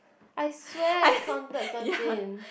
I swear I counted thirteen